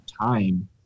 time